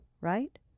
right